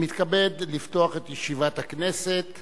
אני מתכבד לפתוח את ישיבת הכנסת